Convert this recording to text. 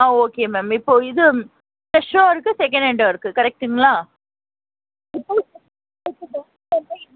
ஆ okay ma'am இப்போது இது ஃப்ரெஷும் இருக்குது செகனென்டும் இருக்குது கரெக்ட்டுங்களா இப்போது இதுக்கு இஎம்ஐ